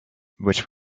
which